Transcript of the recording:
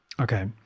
Okay